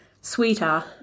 sweeter